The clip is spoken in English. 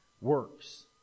works